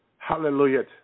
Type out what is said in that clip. Hallelujah